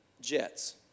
jets